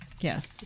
Yes